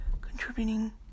contributing